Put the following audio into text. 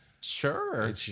Sure